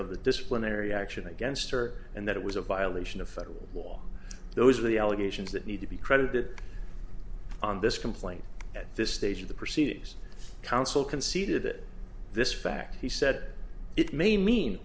of the disciplinary action against her and that it was a violation of federal law those are the allegations that need to be credited on this complaint at this stage of the proceedings counsel conceded that this fact he said it may mean